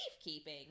safekeeping